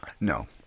No